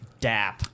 dap